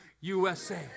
USA